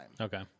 Okay